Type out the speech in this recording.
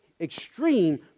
extreme